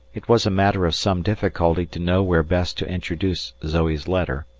it was a matter of some difficulty to know where best to introduce zoe's letter,